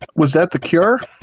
was that the cure